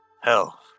hell